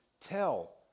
tell